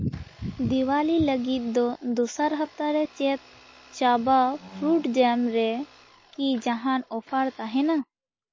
ᱫᱤᱣᱟᱞᱤ ᱞᱟᱹᱜᱤᱫ ᱫᱚ ᱫᱚᱥᱟᱨ ᱦᱟᱯᱛᱟ ᱨᱮ ᱪᱮᱫ ᱪᱟᱵᱟ ᱯᱷᱨᱩᱴ ᱡᱮᱢ ᱨᱮᱠᱤ ᱡᱟᱦᱟᱱ ᱚᱯᱷᱟᱨ ᱛᱟᱦᱮᱱᱟ